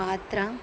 పాత్ర